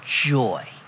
joy